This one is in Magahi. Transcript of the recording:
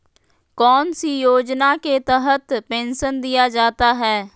कौन सी योजना के तहत पेंसन दिया जाता है?